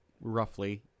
roughly